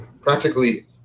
Practically